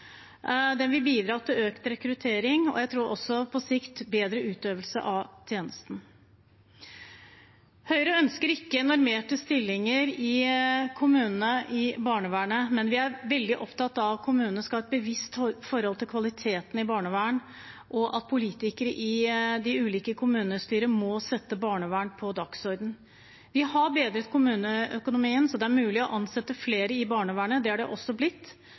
Den vil bidra til økt rekruttering, og jeg tror også på sikt bedre utøvelse av tjenestene. Høyre ønsker ikke normerte stillinger i kommunene i barnevernet, men vi er veldig opptatt av at kommunene skal ha et bevisst forhold til kvaliteten i barnevern, og at politikere i de ulike kommunestyrer må sette barnevern på dagsordenen. Vi har bedret kommuneøkonomien, så det er mulig å ansette flere i barnevernet – det har det også blitt